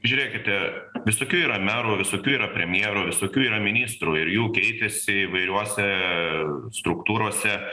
žiūrėkite visokių yra merų visokių yra premjerų visokių yra ministrų ir jų keitėsi įvairiuose struktūrose